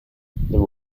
there